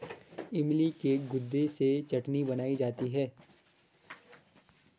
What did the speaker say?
इमली के गुदे से चटनी बनाई जाती है